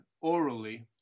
orally